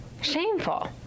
Shameful